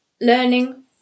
learning